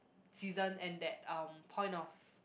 season and that um point of